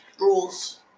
rules